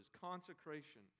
consecration